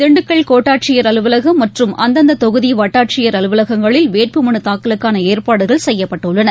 திண்டுக்கல் கோட்டாட்சியர் அலுவலகம் மற்றும் அந்தந்த தொகுதி வட்டாட்சியர் அலுவலகங்களில் வேட்பு மனு தாக்கலுக்கான ஏற்பாடுகள் செய்யப்பட்டுள்ளன